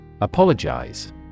Apologize